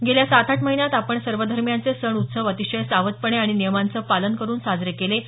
गेल्या सात आठ महिन्यात आपण सर्व धर्मियांचे सण उत्सव अतिशय सावधपणे आणि नियमांचे पालन करून साजरे केले आहेत